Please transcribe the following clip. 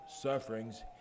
sufferings